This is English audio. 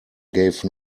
gave